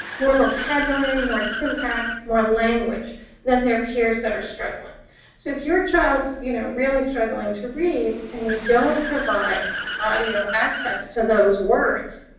more vocabulary, more syntax, more language than their peers that are struggling. so if your child is, you know, really struggling to read, and we don't provide audio access to those words,